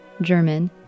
German